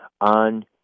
on